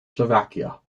slovakia